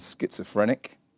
Schizophrenic